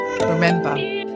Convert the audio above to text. Remember